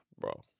Bro